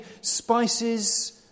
spices